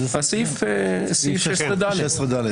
סעיף 16ד,